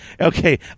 Okay